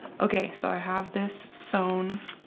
okay, so i have this sewn